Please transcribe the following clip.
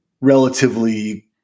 relatively